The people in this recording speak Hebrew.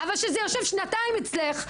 אבל שזה יושב שנתיים אצלך,